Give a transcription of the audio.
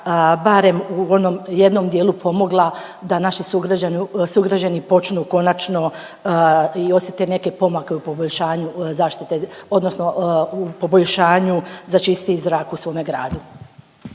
barem u onom jednom dijelu pomogla da naši sugrađani počnu konačno i osjete neke pomake u poboljšanju zaštite odnosno u poboljšanju za čistiji zrak u svome gradu.